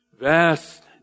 Vast